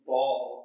ball